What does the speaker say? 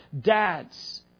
dads